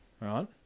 right